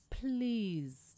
Please